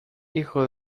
hijo